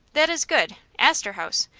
that is good! astor house?